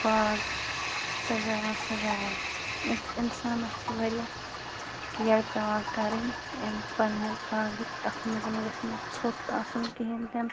باغ سَجاوان سَجاوان أکِس اِنسانَس چھِ واریاہ کِییر پٮ۪وان کَرٕنۍ اَمہِ پنٕنہِ باغٕچ اَتھ منٛز گَژھِ نہٕ ژھوٚٹھ آسُن کِہیٖنٛۍ تہِ نہٕ